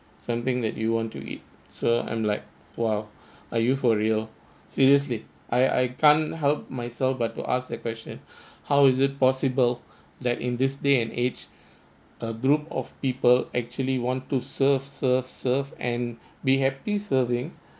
something that you want to eat so I'm like !wow! are you for real seriously I I can't help myself but to ask the question how is it possible that in this day and age a group of people actually want to serve serve serve and be happy serving